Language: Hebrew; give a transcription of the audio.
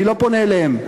אני לא פונה אליהם.